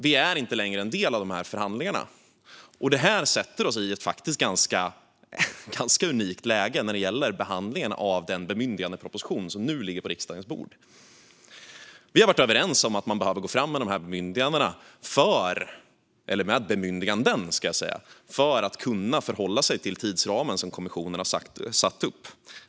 Det är inte längre en del av de här förhandlingarna. Detta sätter oss i ett ganska unikt läge när det gäller behandlingen av den bemyndigandeproposition som nu ligger på riksdagens bord. Vi har varit överens om att man behöver gå fram med bemyndiganden för att kunna förhålla sig till tidsramen som kommissionen satt upp.